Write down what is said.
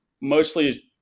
mostly